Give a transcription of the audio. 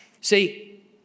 See